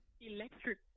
electric